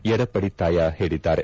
ಯಡಪಡಿತ್ತಾಯ ಹೇಳಿದ್ದಾರೆ